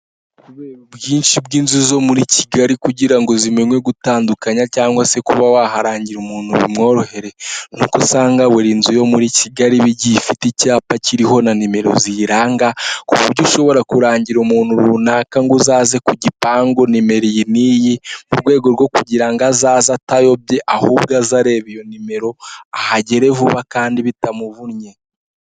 Kubera ubwinshi bw'inzu zo muri Kigali kugira ngo zimenywe gutandukanya cyangwa se kuba waharangira umuntu bimworohere, ni uko usanga buri nzu yo muri Kigali iba igiye ifite icyapa kiriho na nimero ziyiranga. Ku buryo ushobora kurangira umuntu runaka ngo uzaze ku gipangu nimero iyi n'iyi, murwego rwo kugira ngo azaze atayobye ahubwo azaze areba iyo nimero ahagere vuba kandi bitamuvunnye.